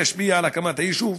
ישפיע על הקמת היישוב.